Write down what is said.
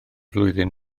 flwyddyn